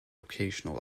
occasional